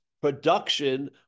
production